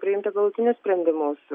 priimti galutinius sprendimus